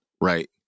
right